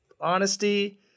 honesty